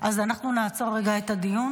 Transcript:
אז אנחנו נעצור את הדיון.